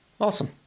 Awesome